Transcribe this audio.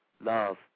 love